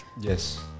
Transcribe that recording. yes